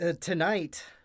Tonight